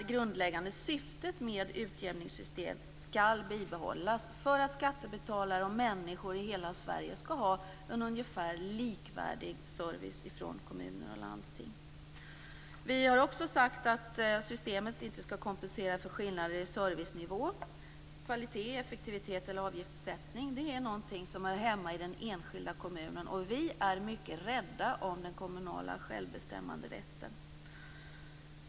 Det grundläggande syftet med utjämningssystemet skall bibehållas för att skattebetalare och andra i hela Sverige skall få en ungefär likvärdig service från kommuner och landsting. Vi har också sagt att systemet inte skall kompensera för skillnader i servicenivå. Kvalitet, effektivitet och avgiftssättning är sådant som hör hemma i den enskilda kommunen, och vi är mycket rädda om den kommunala självbestämmanderätten.